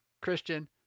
Christian